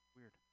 Weird